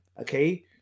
Okay